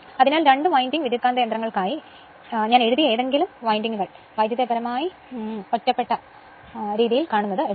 അതിനാൽ രണ്ട് വിൻഡിംഗ് ട്രാൻസ്ഫോർമറുകൾക്കായി ഞാൻ എഴുതിയ എന്തെങ്കിലും വിൻഡിംഗുകൾ വൈദ്യുതപരമായി ഒറ്റപ്പെട്ടു